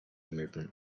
movement